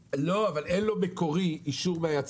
אין לו אישור מקורי מהיצרן.